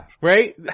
right